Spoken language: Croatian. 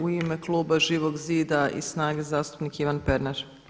U ime Kluba Živog zida i SNAGA-e, zastupnik Ivan Pernar.